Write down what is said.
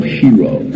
hero